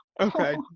Okay